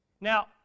Now